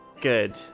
good